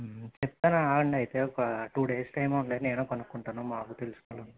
చెప్తాను అగండి అయితే ఒక టూ డేస్ టైం ఇవ్వండి నేను కనుక్కుంటాను మాకు తెలిసిన వాళ్ళు